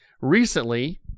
Recently